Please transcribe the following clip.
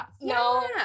No